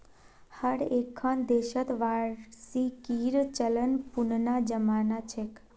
हर एक्खन देशत वार्षिकीर चलन पुनना जमाना छेक